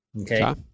okay